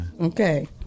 Okay